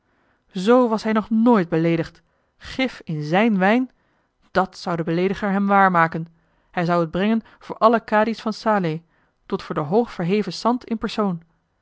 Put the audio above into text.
zoo was hij nog nooit beleedigd gif in zijn wijn dàt zou de beleediger hem waarmaken hij zou het brengen voor alle kadi's van salé tot voor den hoogverheven sant in persoon